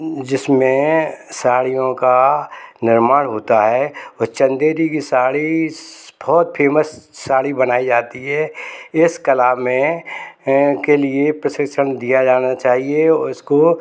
जिसमें साड़ियों का निर्माण होता है व चंदेरी की साड़ीस बहुत फेमस साड़ी बनाई जाती है इस कला में अ के लिए प्रशिक्षण दिया जाना चाहिए और इसको